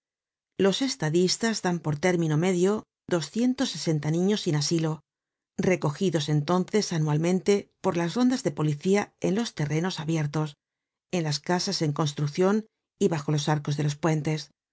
los estadistas dan por término medio doscientos sesenta niños sin asilo recogidos entonces anualmente por las rondas de policía en los terrenos abiertos en las casas en construccion y bajo los arcos de los puentes